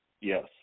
Yes